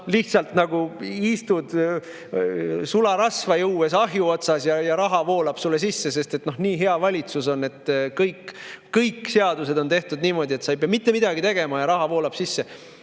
lihtsalt nagu istud sularasva juues ahju otsas ja raha voolab sulle sisse, sest nii hea valitsus on: kõik seadused on tehtud niimoodi, et ei pea mitte midagi tegema, ja raha voolab sisse.